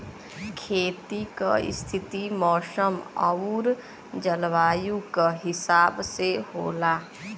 खेती क स्थिति मौसम आउर जलवायु क हिसाब से होला